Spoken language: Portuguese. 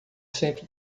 sempre